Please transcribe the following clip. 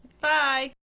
Bye